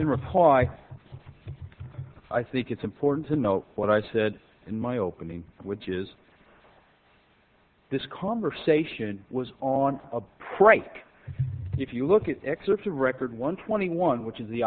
in reply i think it's important to note what i said in my opening which is this conversation was on a break if you look at excerpts of record one twenty one which is the